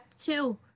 two